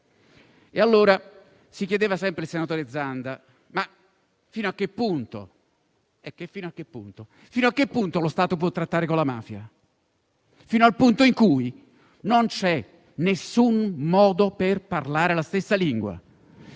di uomini. Sempre il senatore Zanda si chiedeva fino a che punto lo Stato può trattare con la mafia. Fino al punto in cui non c'è alcun modo per parlare la stessa lingua.